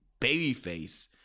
babyface